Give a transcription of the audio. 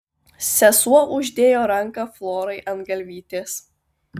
sesuo uždėjo ranką florai ant galvytės